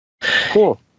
cool